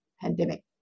pandemic